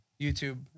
YouTube